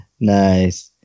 Nice